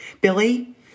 Billy